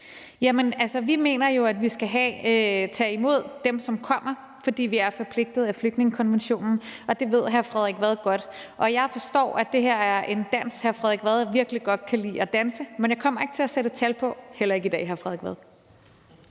Vi mener jo, at vi skal tage imod dem, som kommer, fordi vi er forpligtet af flygtningekonventionen, og det ved hr. Frederik Vad godt. Jeg forstår, at det her er en dans, hr. Frederik Vad virkelig godt kan lide at danse, men jeg kommer ikke til at sætte et tal på, heller ikke i dag, hr. Frederik Vad.